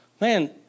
man